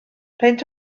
peint